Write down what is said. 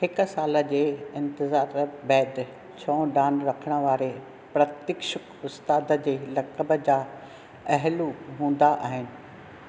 हिकु साल जी इंतज़ारीअ बैदि छओं डान रखणु वारे प्रतिक्षक उस्ताद जे लक़ब जा अहलु हूंदा आहिनि